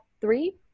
three